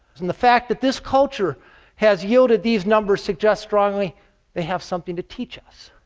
and the fact that this culture has yielded these numbers suggests strongly they have something to teach us.